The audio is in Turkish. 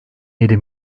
yedi